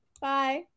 Bye